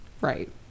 Right